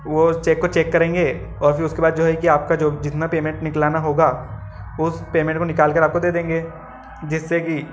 वो उस चेक को चेक करेंगे और फिर उसके बाद जो है कि आपका जो जितना पेमेंट निकालना होगा उस पेमेंट को निकाल कर आपको दे देंगे जिससे कि